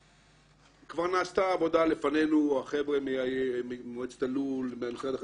כבר נעשתה עבודה לפנינו על ידי החבר'ה ממועצת הלול והמשרד.